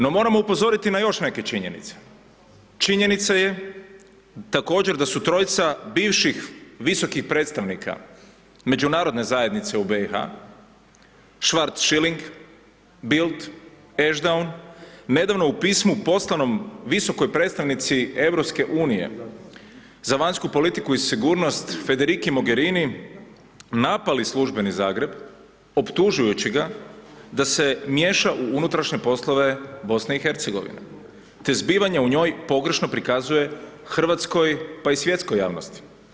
No, moramo upozoriti na još neke činjenice, činjenica je također da su 3 bivših visokih predstavnika međunarodne zajednice u BIH, Schwarz Schilling, Bild, … nedavno u pismu poslanom visokoj predstavnici Europske unije za vanjsku politiku i sigurnost Federichi Mogerini, napali službeni Zagreb optužujući ga, da se miješa u unutrašnje poslove BIH, te zbivanja u njoj pogrešno prikazuje Hrvatskoj pa i svjetskoj javnosti.